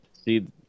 See